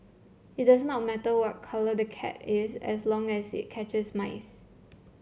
it does not matter what colour the cat is as long as it catches mice